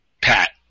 Pat